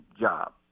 job